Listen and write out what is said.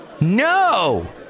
No